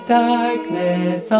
darkness